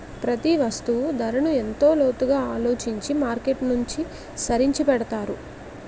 ప్రతి వస్తువు ధరను ఎంతో లోతుగా ఆలోచించి మార్కెట్ననుసరించి పెడతారు